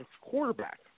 quarterback